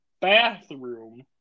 bathroom